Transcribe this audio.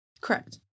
Correct